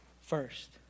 first